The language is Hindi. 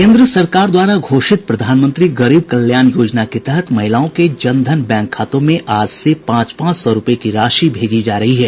केंद्र सरकार द्वारा घोषित प्रधानमंत्री गरीब कल्याण योजना के तहत महिलाओं के जन धन बैंक खातों में आज से पांच पांच सौ रूपये की राशि भेजी जा रही है